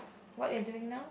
what you are doing now